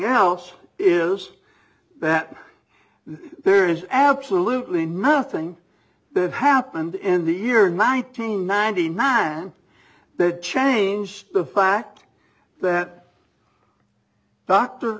else is that there is absolutely nothing that happened in the year nineteen ninety nine that changed the fact that d